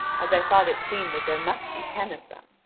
as i thought it seemed that there must be ten of them.